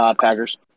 Packers